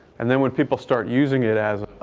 and then when people start using it as